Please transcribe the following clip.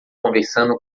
conversando